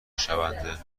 شونده